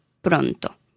pronto